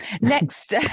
Next